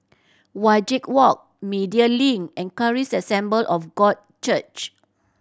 Wajek Walk Media Link and Charis Assembly of God Church